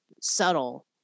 subtle